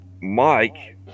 Mike